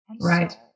Right